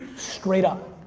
straight up.